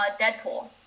Deadpool